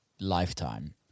lifetime